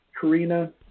Karina